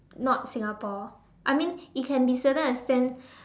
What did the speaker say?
not Singapore I mean it can be certain extent